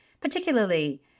particularly